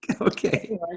Okay